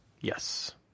Yes